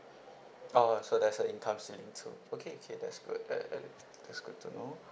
oh so there's a income ceiling so okay okay that's good uh that's good to know